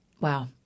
wow